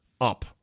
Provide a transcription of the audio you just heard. up